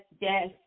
yes